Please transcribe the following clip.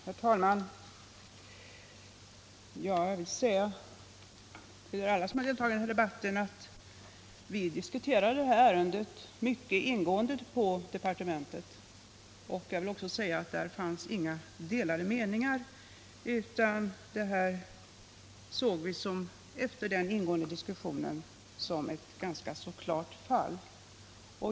Herr talman! Till alla dem som deltagit i denna debatt vill jag säga att vi inom departementet diskuterade detta ärende mycket ingående. Där fanns inga delade meningar, utan vi såg detta fall som ganska klart.